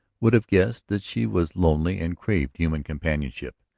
would have guessed that she was lonely and craved human companionship.